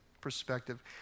perspective